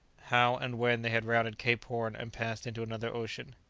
how and when they had rounded cape horn and passed into another ocean.